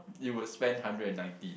you would spend hundred and ninety